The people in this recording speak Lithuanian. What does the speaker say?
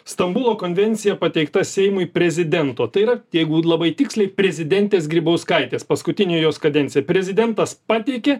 stambulo konvencija pateikta seimui prezidento tai yra jeigu labai tiksliai prezidentės grybauskaitės paskutinė jos kadencija prezidentas pateikė